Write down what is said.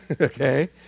Okay